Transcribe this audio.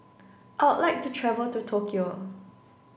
I would like to travel to Tokyo